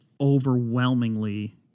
overwhelmingly